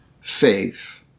faith